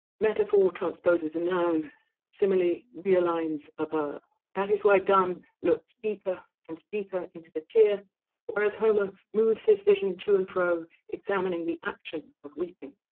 metaphor transposes a noun similarly real lines of ah that is why donne looks deeper and deeper into the tear whereas homer moves his vision to and fro examining the action of weeping